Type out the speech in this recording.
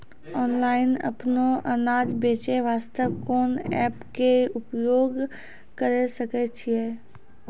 Online अपनो अनाज बेचे वास्ते कोंन एप्प के उपयोग करें सकय छियै?